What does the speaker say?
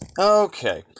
Okay